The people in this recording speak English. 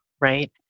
right